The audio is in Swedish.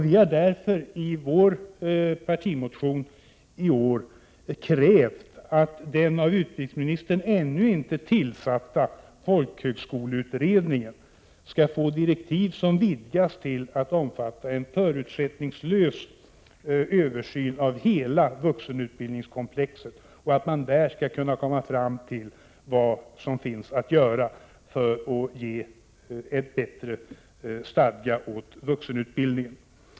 Vi har därför i vår partimotion i år krävt att den av utbildningsministern ännu inte tillsatta folkhögskoleutredningen skall få direktiv som vidgas till att omfatta en förutsättningslös översyn av hela vuxenutbildningskomplexet och att den skall kunna komma fram till vad som finns att göra då det gäller att ge en bättre stadga åt vuxenutbildningen.